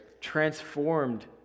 transformed